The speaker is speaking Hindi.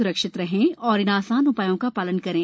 सुरक्षित रहें और इन आसान उपायों का पालन करें